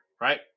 right